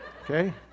Okay